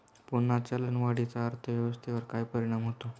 पुन्हा चलनवाढीचा अर्थव्यवस्थेवर काय परिणाम होतो